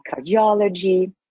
cardiology